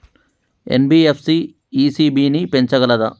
NBFC ECB ని పెంచగలదా?